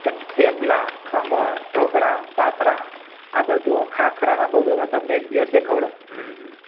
થેપલા ખમણ ઢોકળાં પાતરા આ બધું ખાખરા આ બધું અમે તમને એક દિવસ એ ખવડાવીશું